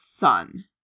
Son